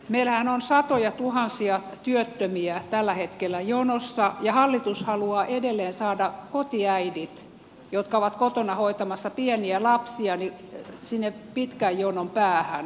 meillähän on satojatuhansia työttömiä tällä hetkellä jonossa ja hallitus haluaa edelleen saada kotiäidit jotka ovat kotona hoitamassa pieniä lapsia sinne pitkän jonon päähän